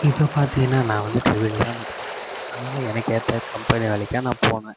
இப்போ பாத்தீங்கன்னா நான் வந்து ட்ரிபிள் இ தான் படித்திருக்கேன் அதனால எனக்கேற்ற கம்பெனி வேலைக்கு நான் போனேன்